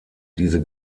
diese